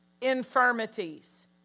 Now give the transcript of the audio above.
infirmities